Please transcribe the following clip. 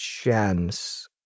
chance